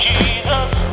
Jesus